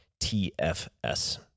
TFS